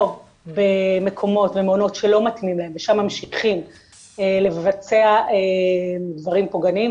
או במקומות ומעונות שלא מתאימים להם ושם ממשיכים לבצע דברים פוגעניים,